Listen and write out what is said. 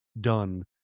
done